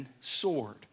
sword